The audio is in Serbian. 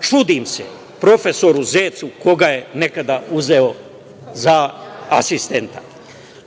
čudim se profesoru Zecu koga je nekada uzeo za asistenta.